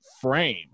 frame